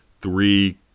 three